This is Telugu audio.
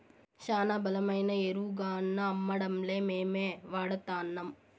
శానా బలమైన ఎరువుగాన్నా అమ్మడంలే మేమే వాడతాన్నం